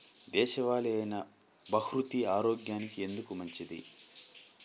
దేశవాలి అయినా బహ్రూతి ఆరోగ్యానికి ఎందుకు మంచిది?